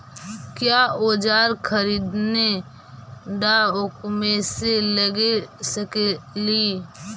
क्या ओजार खरीदने ड़ाओकमेसे लगे सकेली?